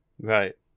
right